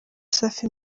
safi